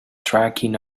tracking